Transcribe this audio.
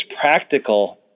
practical